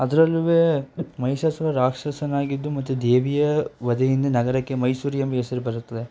ಅದ್ರಲ್ಲೂ ಮಹಿಷಾಸುರ ರಾಕ್ಷಸನಾಗಿದ್ದು ಮತ್ತು ದೇವಿಯ ವಧೆಯಿಂದ ನಗರಕ್ಕೆ ಮೈಸೂರು ಎಂಬ ಹೆಸರು ಬರುತ್ತದೆ